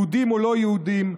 יהודים או לא יהודים,